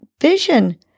Vision